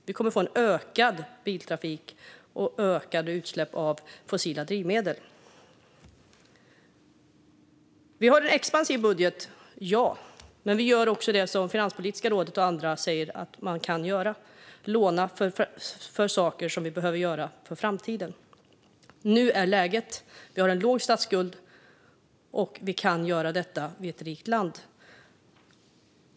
Vi kommer att få en ökad biltrafik och ökade utsläpp från fossila drivmedel. Vi har en expansiv budget - ja. Men vi gör också det som Finanspolitiska rådet och andra säger att man kan göra - låna för saker som vi behöver göra för framtiden. Nu är det läge för det. Vi har en låg statsskuld, och vi är ett rikt land, så vi kan göra det.